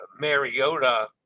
Mariota